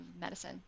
medicine